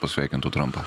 pasveikintų trampą